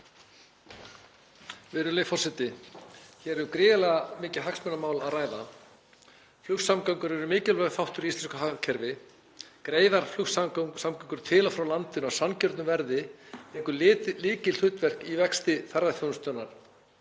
Virðulegi forseti. Hér er um gríðarlega mikið hagsmunamál að ræða. Flugsamgöngur eru mikilvægur þáttur í íslensku hagkerfi. Greiðar flugsamgöngur til og frá landinu á sanngjörnu verði hafa leikið lykilhlutverk í vexti ferðaþjónustunnar